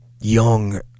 young